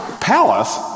Palace